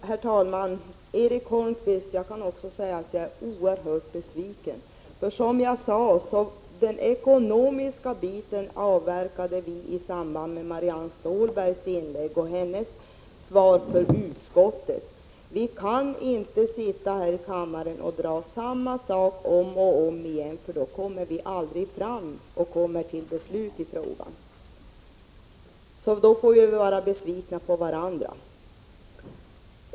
Herr talman! Till Erik Holmkvist skulle jag kunna säga att också jag är oerhört besviken. Som jag sade avverkades det ekonomiska avsnittet i och med Marianne Stålbergs inlägg, där hon talade för utskottet. Vi kan inte dra samma sak om och om igen, för då kommer vi aldrig fram till beslut i frågan. Så vi får vara besvikna på varandra.